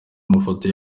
amafoto